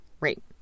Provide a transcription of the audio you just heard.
Right